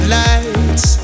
lights